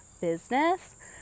business